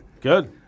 Good